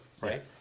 right